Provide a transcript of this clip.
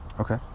Okay